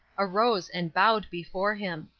arose and bowed before him.